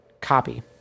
copy